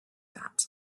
that